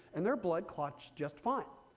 and their blood clots just fine.